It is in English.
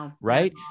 right